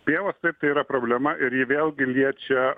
pievos taip tai yra problema ir ji vėlgi liečia